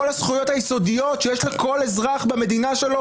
כל הזכויות היסודיות שיש לכל אזרח במדינה שלו